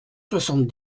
soixante